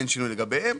אין שינוי לגביהם.